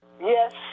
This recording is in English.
Yes